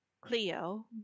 Cleo